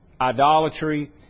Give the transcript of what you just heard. idolatry